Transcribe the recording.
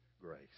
grace